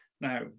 Now